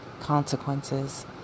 consequences